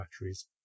batteries